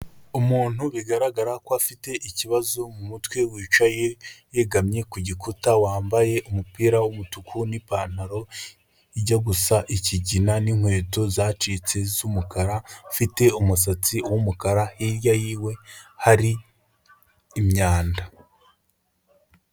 Umuntu bigaragara ko afite ikibazo mu mutwe wicaye yegamye ku gikuta wambaye umupira w'umutuku n'ipantaro ijya gusa ikigina n'inkweto zacitse z'umukara, ufite umusatsi w'umukara hirya yiwe hari imyanda.